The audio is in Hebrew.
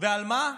ועל מה?